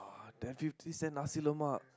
they have fifty cent Nasi-Lemak